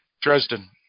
dresden